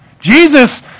Jesus